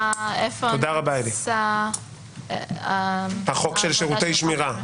איפה נמצא החוק --- החוק של שירותי שמירה.